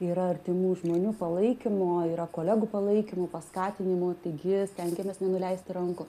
yra artimų žmonių palaikymo yra kolegų palaikymo paskatinimo taigi stengiamės nenuleisti rankų